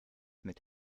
mit